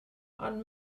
ond